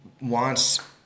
wants